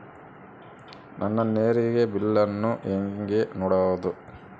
ನನ್ನ ನೇರಿನ ಬಿಲ್ಲನ್ನು ಹೆಂಗ ನೋಡದು?